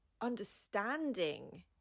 understanding